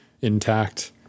intact